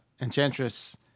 Enchantress